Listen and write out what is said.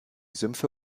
sümpfe